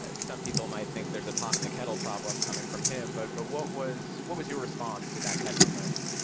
ah some people might think there's a pot in the kettle problem coming from him but but what was what was your response to that testimony?